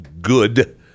good